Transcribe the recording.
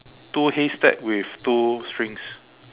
two haystack with two strings